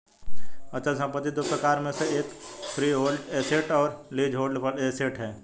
अचल संपत्ति दो प्रकारों में से एक है फ्रीहोल्ड एसेट्स और लीजहोल्ड एसेट्स